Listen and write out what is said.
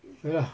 ya lah